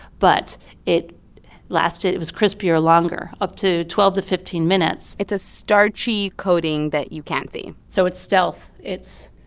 but it lasted it was crispier longer, up to twelve to fifteen minutes it's a starchy coating that you can't see so it's stealth. it's